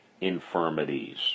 infirmities